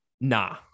nah